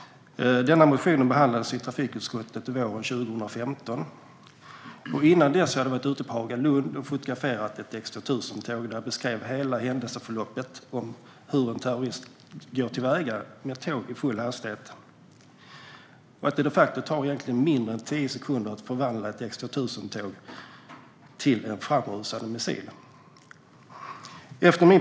Denna motion behandlades i trafikutskottet våren 2015. Innan dess hade jag varit ute på Hagalund och fotograferat ett X 2000-tåg, och jag beskrev hela händelseförloppet för hur en terrorist kan gå till väga på ett tåg i full hastighet. Det tar de facto mindre än tio sekunder att förvandla ett X 2000-tåg till en framrusande missil.